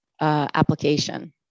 application